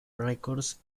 records